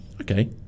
Okay